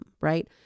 right